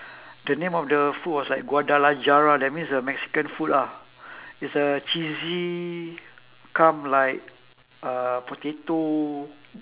the name of the food was like guadalajara that means uh mexican food ah it's a cheesy cum like uh potato